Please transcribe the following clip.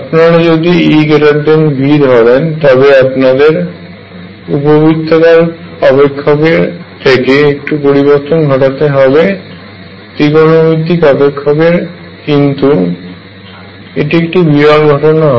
আপনারা যদি EV ধরেন তবে আপনাদের উপবৃত্তাকার অপেক্ষকের থেকে একটু পরিবর্তন ঘটাতে হবে ত্রিকোণমিতিক অপেক্ষক কিন্তু এটি একটি বিরল ঘটনা হয়